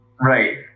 right